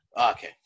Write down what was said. Okay